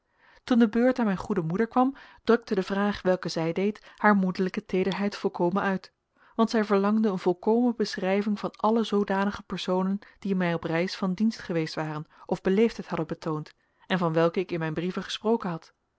toen de beurt aan mijn goede moeder kwam drukte de vraag welke zij deed haar moederlijke teederheid volkomen uit want zij verlangde een volkomen beschrijving van alle zoodanige personen die mij op reis van dienst geweest waren of beleefdheid hadden betoond en van welke ik in mijn brieven gesproken had